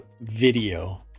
video